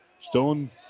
Stone